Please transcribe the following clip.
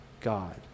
God